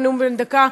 בנאום בן דקה,